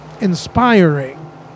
inspiring